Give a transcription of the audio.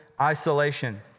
Isolation